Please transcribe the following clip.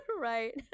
Right